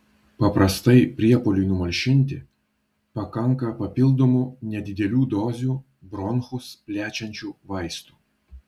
paprastai priepuoliui numalšinti pakanka papildomų nedidelių dozių bronchus plečiančių vaistų